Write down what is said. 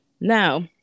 Now